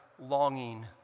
longing